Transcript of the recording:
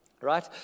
right